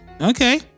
Okay